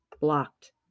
Blocked